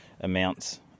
amounts